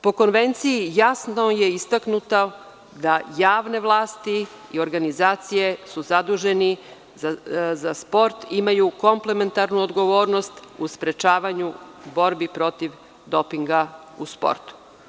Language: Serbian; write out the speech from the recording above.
Po Konvenciji jasno je istaknuto da javne vlasti i organizacije su zaduženi za sport, imaju komplementarnu odgovornost u sprečavanju borbi protiv dopinga u sportu.